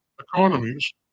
economies